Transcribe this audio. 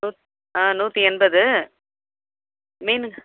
நூத்தி ஆ நூற்றி எண்பது மீன்